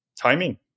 timing